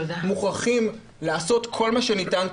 מוכרחים לעשות כל מה שניתן,